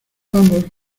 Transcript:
ambos